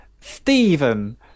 Stephen